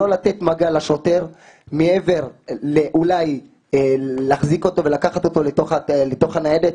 לא לתת מגע לשוטר מעבר אולי להחזיק אותו ולקחת אותו לתוך הניידת.